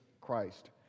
Christ